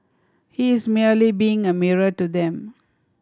he is merely being a mirror to them